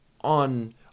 on